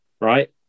Right